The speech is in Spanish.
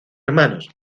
hermanos